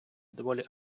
доволі